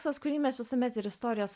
tas kurį mes visuomet ir istorijos